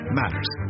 matters